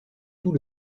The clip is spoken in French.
tout